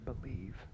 believe